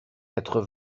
quatre